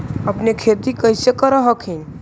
अपने खेती कैसे कर हखिन?